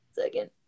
Second